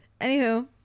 Anywho